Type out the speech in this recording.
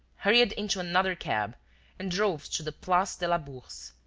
hurried into another cab and drove to the place de la bourse.